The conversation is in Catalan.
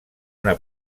una